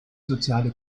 soziale